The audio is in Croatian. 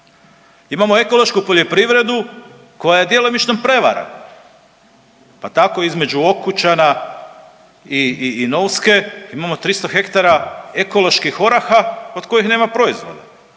Imamo ekološku poljoprivredu koja je djelomično prevara, pa tako između Okućana i Novske imamo 300 hektara ekoloških oraha od kojih nema proizvoda.